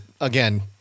again